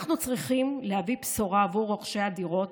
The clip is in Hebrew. אנחנו צריכים להביא בשורה עבור רוכשי הדירות